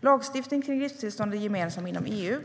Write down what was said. Lagstiftning kring driftstillstånd är gemensam inom EU.